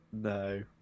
No